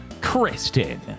Kristen